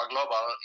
Global